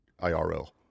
IRL